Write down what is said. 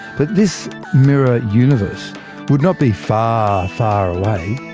but this mirror universe would not be far, far away.